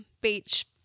beach